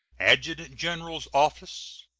adjutant general's office,